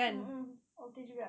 mmhmm okay juga